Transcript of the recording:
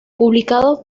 publicado